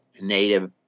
Native